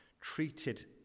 Treated